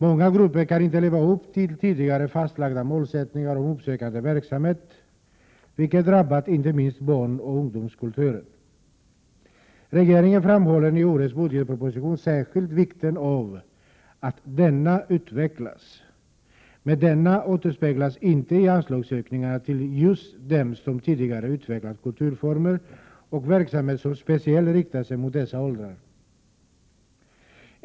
Många grupper kan inte leva upp till tidigare fastlagda målsättningar om uppsökande verksamhet, vilket drabbat inte minst barnoch ungdomskulturen. Regeringen framhåller i årets budgetproposition särskilt vikten av att barnoch ungdomskulturen utvecklas, men detta återspeglas inte i anslagsökningen till just dem som tidigt utvecklat kulturformer och verksamhet speciellt riktade mot dessa åldrar.